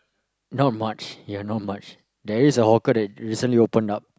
not much ya not much there is a hawker that recently opened up